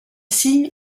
signe